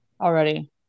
already